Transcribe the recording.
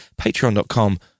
patreon.com